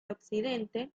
occidente